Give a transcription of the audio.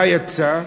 מה יצא?